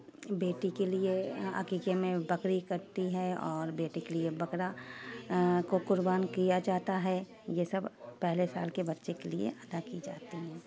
بیٹی کے لیے عقیقے میں بکری کٹتی ہے اور بیٹے کے لیے بکرا کو قربان کیا جاتا ہے یہ سب پہلے سال کے بچے کے لیے ادا کی جاتی ہیں